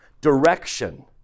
direction